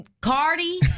Cardi